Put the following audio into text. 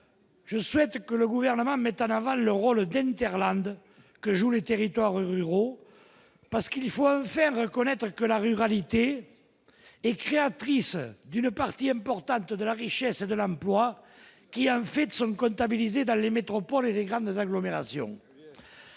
je souhaite que le gouvernement met en avant le rôle d'un hinterland que jouent les territoires ruraux parce qu'il faut faire reconnaître que la ruralité et créatrice d'une partie importante de la richesse et de l'âme pourra qui a fait de sommes comptabilisées dans les métropoles et les grandes agglomérations.